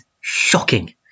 shocking